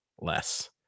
less